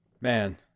man